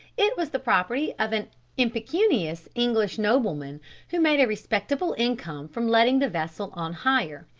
it was the property of an impecunious english nobleman who made a respectable income from letting the vessel on hire.